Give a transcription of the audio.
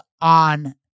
on